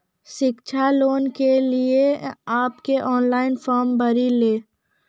शिक्षा लोन के लिए आप के ऑनलाइन फॉर्म भरी ले?